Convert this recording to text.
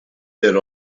their